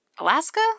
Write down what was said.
Alaska